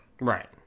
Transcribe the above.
Right